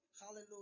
hallelujah